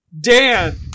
Dan